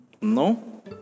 No